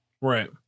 right